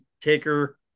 Taker